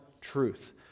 truth